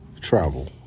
travel